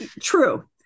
True